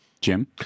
Jim